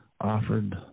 offered